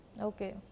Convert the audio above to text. Okay